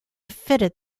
fitted